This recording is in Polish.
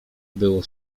było